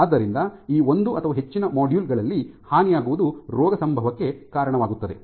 ಆದ್ದರಿಂದ ಈ ಒಂದು ಅಥವಾ ಹೆಚ್ಚಿನ ಮಾಡ್ಯೂಲ್ ಗಳಲ್ಲಿ ಹಾನಿಯಾಗುವುದು ರೋಗ ಸಂಭವಕ್ಕೆ ಕಾರಣವಾಗುತ್ತದೆ